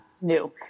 new